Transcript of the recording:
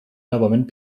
novament